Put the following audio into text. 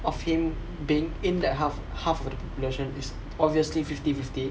of him being in that half half of the population is obviously fifty fifty